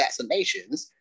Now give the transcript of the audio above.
vaccinations